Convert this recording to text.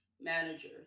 manager